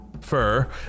fur